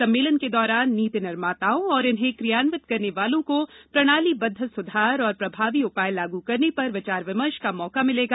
सम्मेलन के दौरान नीति निर्माताओं और इन्हें क्रियान्वित करने वालों को प्रणालीबद्व सुधार और प्रभावी उपाय लागू करने पर विचार विमर्श का मौका मिलेगा